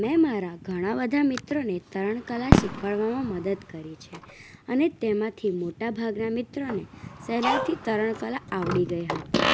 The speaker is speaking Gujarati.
મેં મારા ઘણા બધા મિત્રોને તરણ કલા શિખવાડવામાં મદદ કરી છે અને તેમાંથી મોટા ભાગના મિત્રોને સેહલાઈથી તરણ કલા આવડી ગઈ હતી